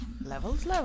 Levels